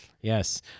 Yes